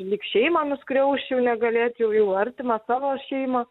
lyg šeimą nuskriausčiau negalėčiau jau artimą savo šeimą